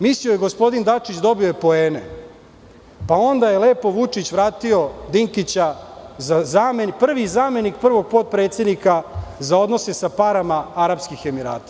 Mislio je gospodin Dačić da je dobio poene, pa je onda lepo Vučić vratio Dinkića kao prvog zamenika prvog potpredsednika za odnose sa parama Arapskih Emirata.